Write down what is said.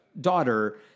daughter